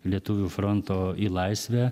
lietuvių fronto į laisvę